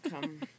come